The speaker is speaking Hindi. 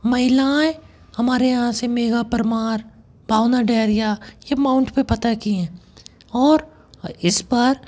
महिलाऍं हमारे यहाँ से मेघा परमार पाउना डेरिया ये माउंट पर फ़तह की हैं और इस बार